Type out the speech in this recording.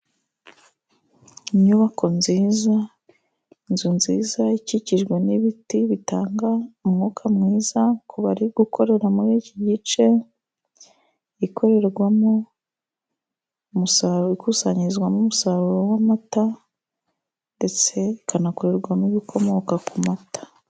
Inyubako nziza, inzu nziza ikikijwe n'ibiti bitanga umwuka mwiza ku bari gukorera muri iki gice. Ikorerwamo umusaruro, ikusanyirizwamo umusaruro w'amata, ndetse ikanakorerwamo ibikomoka ku mata.